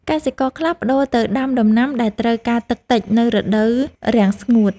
កសិករខ្លះប្តូរទៅដាំដំណាំដែលត្រូវការទឹកតិចនៅរដូវរាំងស្ងួត។